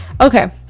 Okay